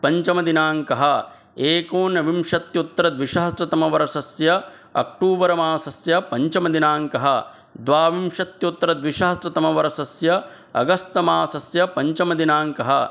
पञ्चमदिनाङ्कः एकोनविंशत्युत्तरद्विसहस्रतमवर्षस्य अक्टूबर्मासस्य पञ्चमदिनाङ्कः द्वाविंशत्युत्तर द्विसहस्रतमवर्षस्य अगस्त् मासस्य पञ्चमदिनाङ्कः